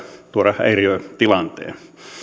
tuoda häiriötilanteen